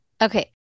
Okay